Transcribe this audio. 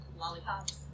lollipops